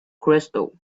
crystal